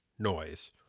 noise